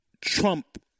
Trump